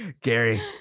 Gary